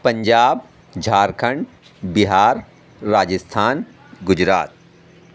Punjab Jharkhand Bihar Rajasthan Gujarat